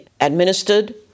administered